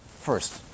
first